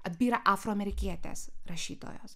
abi yra afroamerikietės rašytojos